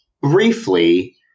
briefly